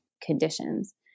conditions